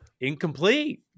incomplete